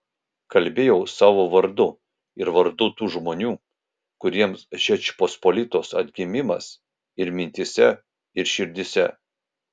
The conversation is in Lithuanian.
kalbėjau savo vardu ir vardu tų žmonių kuriems žečpospolitos atgimimas ir mintyse ir širdyse